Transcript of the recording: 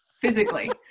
physically